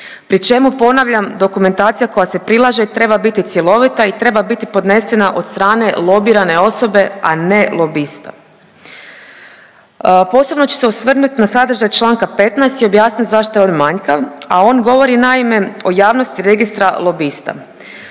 pri čemu ponavljam dokumentacija koja se prilaže treba biti cjelovita i treba biti podnesena od strane lobirane osobe, a ne lobista. Posebno ću se osvrnut na sadržaj Članka 15. i objasnit zašto je on manjkav, a on govori naime o javnosti registra lobista.